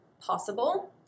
possible